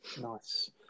Nice